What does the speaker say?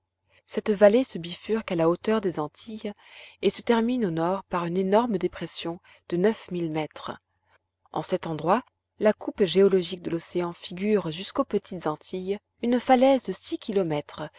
cette vallée se bifurque à la hauteur des antilles et se termine au nord par une énorme dépression de neuf mille mètres en cet endroit la coupe géologique de l'océan figure jusqu'aux petites antilles une falaise de six kilomètres